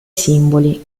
simboli